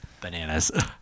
Bananas